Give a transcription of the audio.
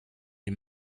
die